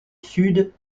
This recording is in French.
sud